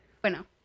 Bueno